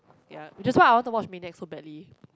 ya that's why I want to watch Maniac so badly